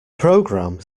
programme